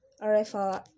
arrival